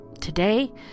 Today